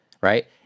right